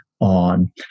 on